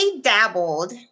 dabbled